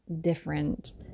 different